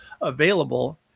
available